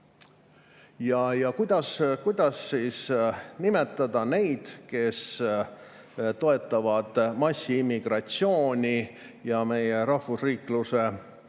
kuidas siis nimetada neid, kes toetavad massiimmigratsiooni ja meie rahvusriikluse, selle